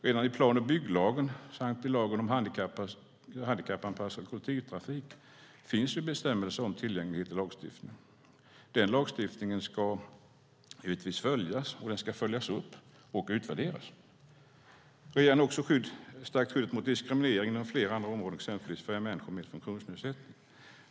Redan i plan och bygglagen samt i lagen om handikappanpassad kollektivtrafik finns ju bestämmelser om tillgänglighet. Denna lagstiftning ska givetvis följas, följas upp och utvärderas. Regeringen har också stärkt skyddet mot diskriminering inom flera andra områden, exempelvis för människor med funktionsnedsättning.